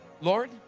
Lord